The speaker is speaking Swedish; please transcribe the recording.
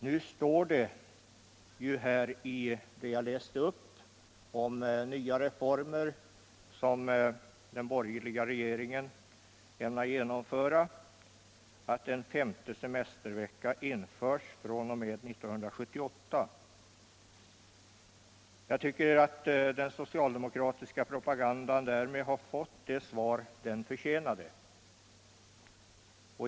Nu står det i vad jag läste om nya reformer som den borgerliga regeringen ämnar föreslå, att en femte semestervecka genomförs fr. 0. m. 1978. Jag tycker att den socialdemokratiska propagandan därmed har fått det svar den förtjänar.